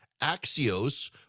Axios